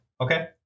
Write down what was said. Okay